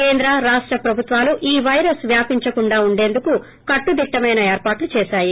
కేంద్ర రాష్ట ప్రభుత్వాలు ఈ పైరస్ వ్యాపించకుండా ఉండేందుకు కట్టుదిట్టమైన ఏర్పాట్లు చేసాయి